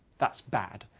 that's bad.